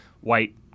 white